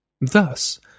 Thus